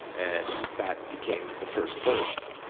and that became the first verse,